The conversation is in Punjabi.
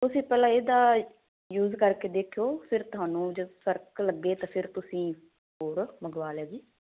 ਤੁਸੀਂ ਪਹਿਲਾਂ ਇਹਦਾ ਯੂਜ ਕਰਕੇ ਦੇਖਿਓ ਫਿਰ ਤੁਹਾਨੂੰ ਜੇ ਫਰਕ ਲੱਗੇ ਤਾਂ ਫਿਰ ਤੁਸੀਂ ਹੋਰ ਮੰਗਵਾ ਲਿਓ ਜੀ